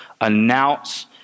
Announce